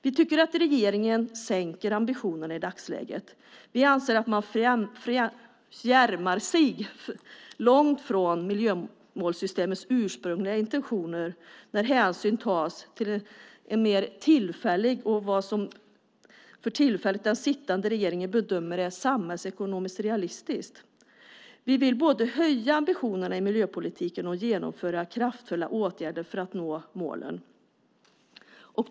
Vi tycker att regeringen sänker ambitionerna i dagsläget. Vi anser att man fjärmar sig långt från miljömålssystemets ursprungliga intentioner när hänsyn tas till vad som den sittande regeringen för tillfället bedömer är samhällsekonomiskt realistiskt. Vi vill både höja ambitionerna i miljöpolitiken och genomföra kraftfulla åtgärder för att nå målen.